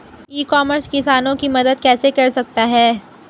ई commerce किसानों की मदद कैसे कर सकता है?